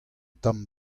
tamm